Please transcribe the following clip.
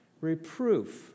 Reproof